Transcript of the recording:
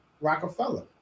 Rockefeller